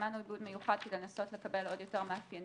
הזמנו עיבוד מיוחד כדי לנסות לקבל עוד יותר מאפיינים